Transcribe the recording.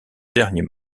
dernier